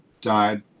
died